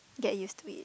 get used to it